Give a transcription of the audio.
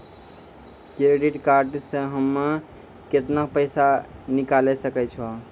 Credit card से हम्मे केतना पैसा निकाले सकै छौ?